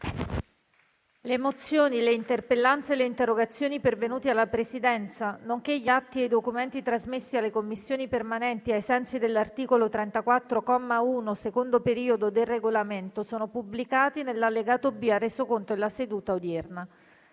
Le mozioni, le interpellanze e le interrogazioni pervenute alla Presidenza, nonché gli atti e i documenti trasmessi alle Commissioni permanenti ai sensi dell'articolo 34, comma 1, secondo periodo, del Regolamento sono pubblicati nell'allegato B al Resoconto della seduta odierna.